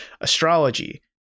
astrology